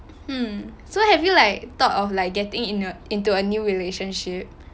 hmm so have you like thought of like getting in a into a new relationship